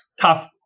tough